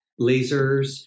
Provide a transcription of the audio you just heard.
lasers